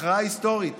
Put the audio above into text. הכרעה היסטורית,